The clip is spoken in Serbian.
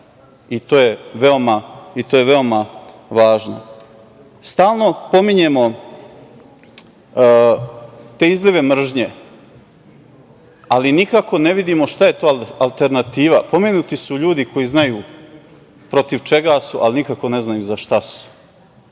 i to je veoma važno. Stalno pominjemo te izlive mržnje, ali nikako ne vidimo šta je to alternativa. Pomenuti su ljudi koji znaju protiv čega su, ali nikako ne znaju za šta su.